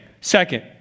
second